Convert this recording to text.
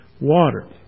water